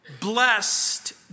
blessed